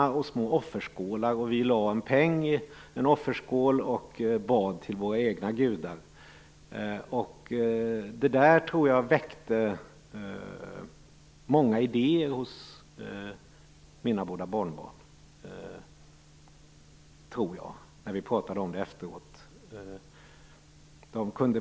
Det finns också små offerskålar. Vi lade en peng i en offerskål och bad till våra egna gudar. Jag tror att det väckte många idéer hos mina båda barnbarn. Vi pratade om det här efteråt.